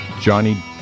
Johnny